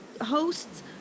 hosts